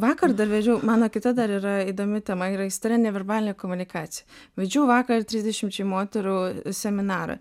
vakar dar vedžiau mano kita dar yra įdomi tema ir aistra neverbalinė komunikacija vedžiau vakar trisdešimčiai moterų seminarą